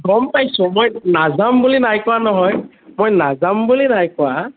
গম পাইছোঁ মই নাযাম বুলি নাই কোৱা নহয় মই নাযাম বুলি নাই কোৱা